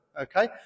okay